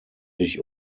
sich